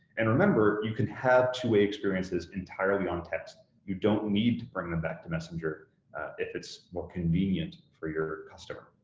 and remember, you can have two-way experiences entirely on text. you don't need to bring them back to messenger if it's not convenient for your customer.